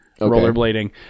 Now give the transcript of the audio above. rollerblading